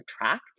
attract